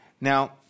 Now